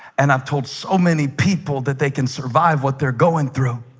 and i've told so many people that they can survive what they're going through